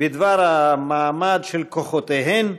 בדבר המעמד של כוחותיהן,